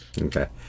Okay